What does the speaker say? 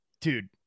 Dude